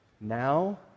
now